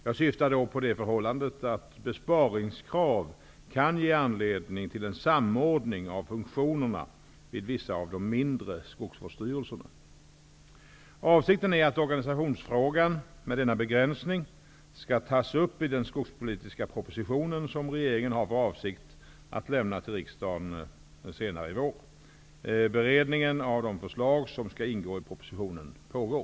Jag syftar då på det förhållandet att besparingskrav kan ge anledning till en samordning av funktionerna vid vissa av de mindre skogsvårdsstyrelserna. Avsikten är att organisationsfrågan med denna begränsning skall tas upp i den skogspolitiska propositionen som regeringen har för avsikt att lämna till riksdagen senare i vår. Beredningen av de förslag som skall ingå i propositionen pågår.